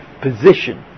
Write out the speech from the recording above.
position